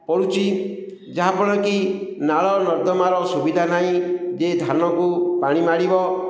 ପଡ଼ୁଛି ଯାହାଫଳରେ କି ନାଳ ନର୍ଦ୍ଦମାର ସୁବିଧା ନାହିଁ ଯେ ଧାନକୁ ପାଣି ମାଡ଼ିବ